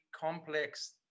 complex